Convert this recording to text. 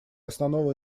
основного